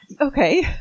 Okay